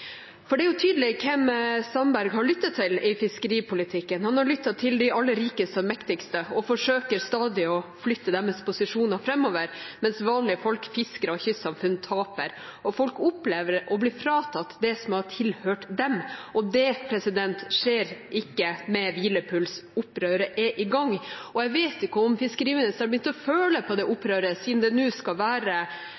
For det er tydelig hvem Sandberg har lyttet til i fiskeripolitikken. Han har lyttet til de aller rikeste og mektigste og forsøker stadig å flytte deres posisjoner framover, mens vanlige folk, fiskere og kystsamfunn taper. Folk opplever å bli fratatt det som har tilhørt dem. Det skjer ikke med hvilepuls – opprøret er i gang. Jeg vet ikke om fiskeriministeren har begynt å føle på det